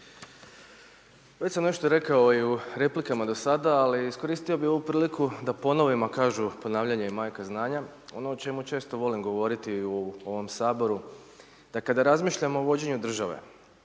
Već sam nešto rekao i u replikama do sada, ali iskoristio bih ovu priliku da ponovim, a kažu ponavljanje je majka znanja. Ono o čemu često volim govoriti u ovom Saboru da kada razmišljam o vođenju države,